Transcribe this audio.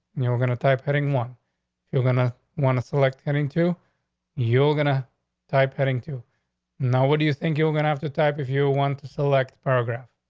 and you're gonna type heading one you're gonna want to select heading to you're gonna type heading to now. what do you think you're gonna have to type if you want to select paragraph?